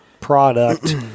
product